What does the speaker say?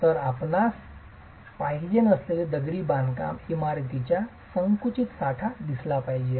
तर आपणास पाहिजे नसलेली दगडी बांधकामच्या इमारतींचा संकुचित साठा दिसला पाहिजे